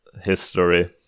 history